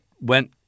went